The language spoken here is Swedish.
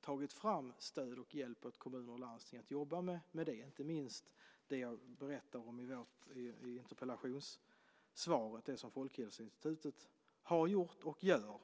tagit fram stöd och hjälp åt kommuner att jobba med det. Det gäller inte minst det som jag berättade om i interpellationssvaret som Folkhälsoinstitutet har gjort och gör.